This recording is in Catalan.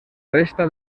resta